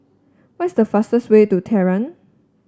what is the fastest way to Tehran